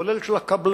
כולל של הקבלנים,